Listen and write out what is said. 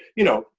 you know,